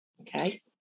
Okay